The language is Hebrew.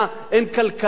אין כלכלה?